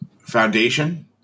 Foundation